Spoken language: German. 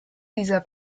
dieser